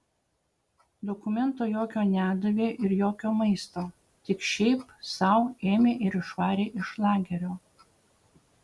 dokumento jokio nedavė ir jokio maisto tik šiaip sau ėmė ir išvarė iš lagerio